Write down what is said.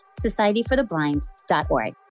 societyfortheblind.org